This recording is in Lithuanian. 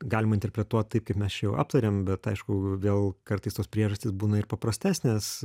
galima interpretuot taip kaip mes jau aptarėm bet aišku vėl kartais tos priežastys būna ir paprastesnės